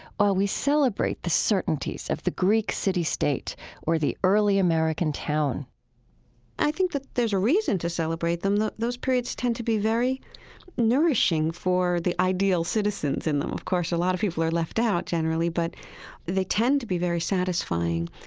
while we celebrate the certainties of the greek city-state or the early american town i think that there's a reason to celebrate them. those periods tend to be very nourishing for the ideal citizens in them. of course, a lot of people are left out, generally, but they tend to be very satisfying.